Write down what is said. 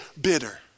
Bitter